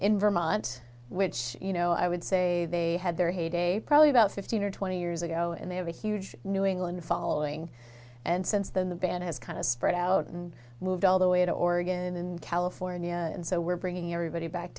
in vermont which you know i would say they had their heyday probably about fifteen or twenty years ago and they have a huge new england following and since then the band has kind of spread out and moved all the way to oregon and california and so we're bringing everybody back